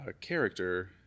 character